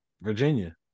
Virginia